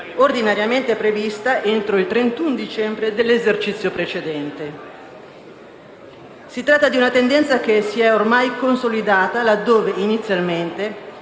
ordinariamente prevista entro il 31 dicembre dell'esercizio precedente. Si tratta di una tendenza che si è ormai consolidata, laddove inizialmente